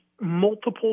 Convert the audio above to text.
multiple